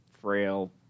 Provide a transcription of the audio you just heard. frail